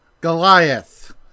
Goliath